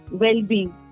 well-being